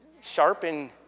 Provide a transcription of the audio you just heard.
sharpen